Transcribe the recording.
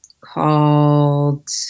called